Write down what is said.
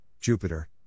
Jupiter